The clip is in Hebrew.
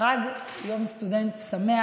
חג יום סטודנט שמח.